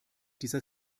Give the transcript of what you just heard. dieser